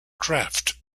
craft